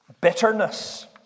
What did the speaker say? bitterness